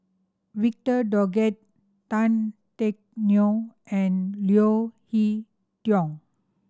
Victor Doggett Tan Teck Neo and Leo Hee Tong